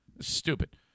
stupid